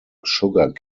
sugar